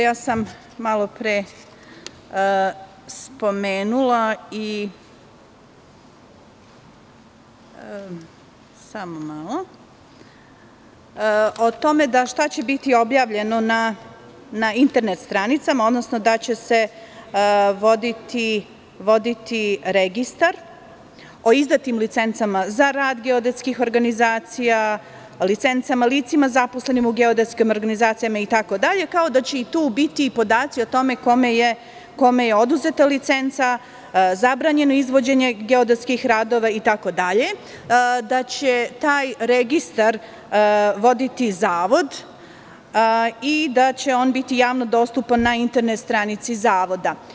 Ja sam malopre govorila o tome šta će biti objavljeno na internet stranicama, odnosno da će se voditi registar o izdatim licencama za rad geodetskih organizacija, o licencama lica zaposlenih u geodetskim organizacijama itd, kao i da će tu biti podaci o tome kome je oduzeta licenca, zabranjeno izvođenje geodetskih radova itd, da će taj registar voditi Zavod i da će on biti javno dostupan na internet stranici Zavoda.